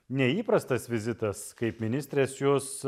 neįprastas vizitas kaip ministrės jūs